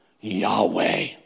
Yahweh